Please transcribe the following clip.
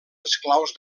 esclaus